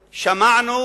שמענו,